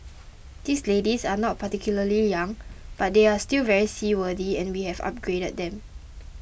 these ladies are not particularly young but they are still very seaworthy and we have upgraded them